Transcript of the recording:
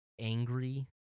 angry